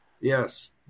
Yes